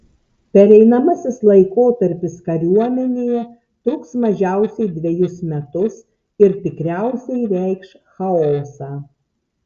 pereinamasis laikotarpis kariuomenėje truks mažiausiai dvejus metus ir tikriausiai reikš chaosą